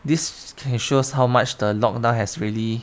this can shows how much the lockdown has really